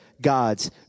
God's